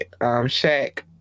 Shaq